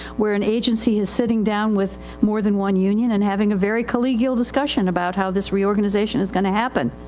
where an agency is sitting down with more than one union and having a very collegial discussion about how this reorganization is going to happen.